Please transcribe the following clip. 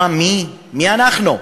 מה, מי אנחנו?